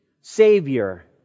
Savior